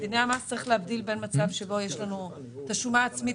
בדיני המס צריך להבדיל בין מצב שבו יש לנו את השומה העצמית,